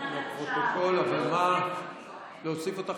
התשפ"ב 2021, לוועדה שתקבע ועדת הכנסת